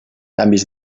canvis